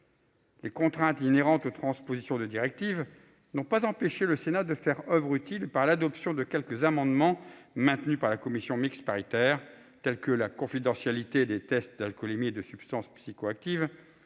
Les contraintes inhérentes aux transpositions de directives n'ont pas empêché le Sénat de faire oeuvre utile par l'adoption de quelques amendements maintenus par la commission mixte paritaire, tels que la confidentialité des tests d'alcoolémie et de substances psychoactive